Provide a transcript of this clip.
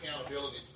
accountability